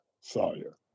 Sawyer